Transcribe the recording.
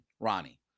Ronnie